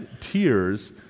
tears